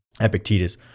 Epictetus